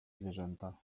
zwierzęta